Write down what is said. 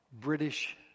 British